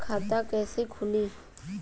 खाता कईसे खुली?